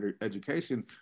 education